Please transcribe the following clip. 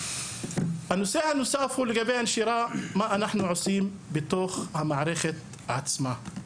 נושא נוסף נוגע בשאלה של מה אנחנו עושים לגבי הנשירה בתוך המערכת עצמה,